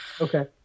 Okay